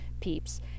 peeps